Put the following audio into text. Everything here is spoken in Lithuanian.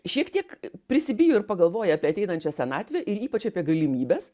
šiek tiek prisibijo ir pagalvoja apie ateinančią senatvę ir ypač apie galimybes